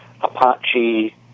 Apache